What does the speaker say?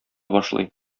башлый